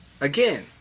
again